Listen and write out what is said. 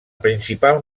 principal